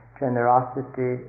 generosity